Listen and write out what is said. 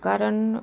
कारण